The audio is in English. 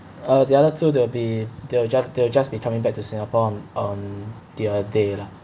uh the other two they'll be they'll just they'll just be coming back to singapore on on their day lah